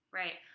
right